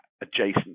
adjacent